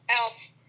Elf